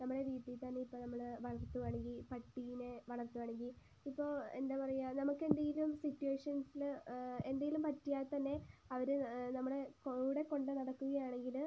നമ്മളെ വീട്ടീൽ തന്നെ ഇപ്പോൾ നമ്മള് വളർത്തുവാണെങ്കിൽ പട്ടീനെ വളർത്തുവാണെങ്കിൽ ഇപ്പൊൾ എന്താ പറയുക നമുക്ക് എന്തേലും സിറ്റുവേഷൻസില് എന്തെങ്കിലും പറ്റിയാൽ തന്നെ അവരെ നമ്മുടെ കൂടെ കൊണ്ട് നടക്കുകയാണെങ്കില്